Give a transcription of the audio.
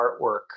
artwork